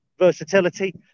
versatility